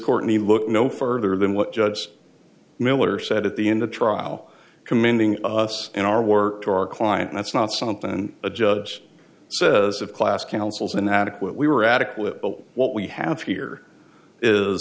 court me look no further than what judge miller said at the in the trial commending us in our work to our client that's not something and a judge says of class counsels inadequate we were adequate but what we have here is